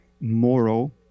moral